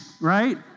right